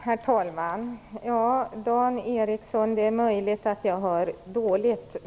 Herr talman! Ja, Dan Ericsson, det är möjligt att jag hör dåligt.